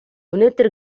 өнөөдөр